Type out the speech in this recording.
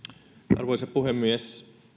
arvoisa puhemies